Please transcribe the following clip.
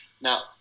Now